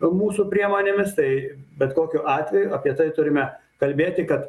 mūsų priemonėmis tai bet kokiu atveju apie tai turime kalbėti kad